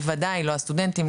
בוודאי לא הסטודנטים,